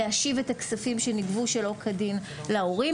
להשיב את הכספים שנגבו שלא כדין להורים,